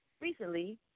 recently